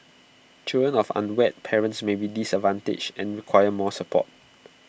children of unwed parents may be disadvantaged and require more support